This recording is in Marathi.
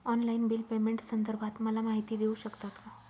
ऑनलाईन बिल पेमेंटसंदर्भात मला माहिती देऊ शकतात का?